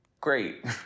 Great